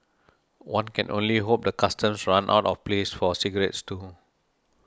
one can only hope the Customs runs out of place for cigarettes too